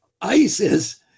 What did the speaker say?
ISIS